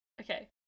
Okay